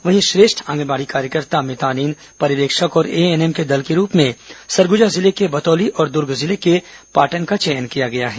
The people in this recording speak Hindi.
वहीं श्रेष्ठ आंगनबाड़ी कार्यकर्ता मितानिन पर्यवेक्षक और एएनएम के दल के रूप में सरगुजा जिले के बतौली और दुर्ग जिले के पाटन का चयन किया गया है